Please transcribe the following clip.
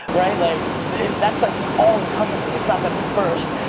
right? like that's like the all-encompassing. it's not that it's first.